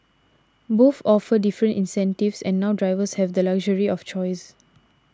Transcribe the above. both offer different incentives and now drivers have the luxury of choice